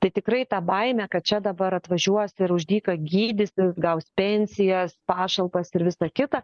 tai tikrai ta baimė kad čia dabar atvažiuos ir už dyką gydysis gaus pensijas pašalpas ir visa kita